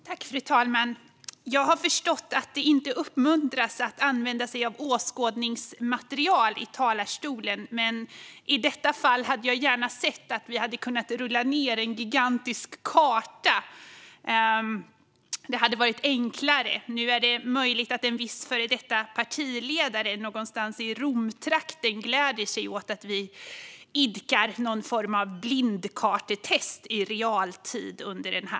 Fru talman! Jag har förstått att det inte uppmuntras att använda sig av åskådningsmaterial i talarstolen, men i detta fall hade jag gärna sett att vi hade kunnat rulla ned en gigantisk karta. Det hade varit enklare. Nu är det möjligt att en viss före detta partiledare någonstans i trakten av Rom gläder sig åt att vi under den här debatten idkar någon form av blindkartetest i realtid.